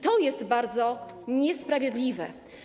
To jest bardzo niesprawiedliwe.